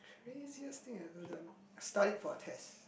craziest thing I have ever done studying for a test